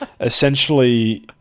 essentially